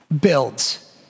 builds